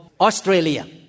Australia